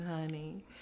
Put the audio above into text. honey